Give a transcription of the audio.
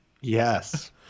Yes